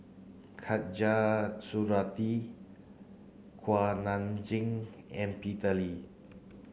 Khatijah Surattee Kuak Nam Jin and Peter Lee